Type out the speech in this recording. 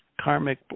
karmic